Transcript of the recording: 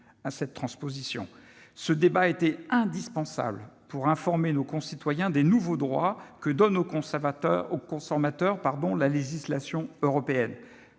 à cette transposition. Ce débat était indispensable pour informer nos concitoyens des nouveaux droits que donne aux consommateurs la législation européenne.